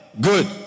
Good